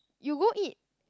you go eat